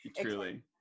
truly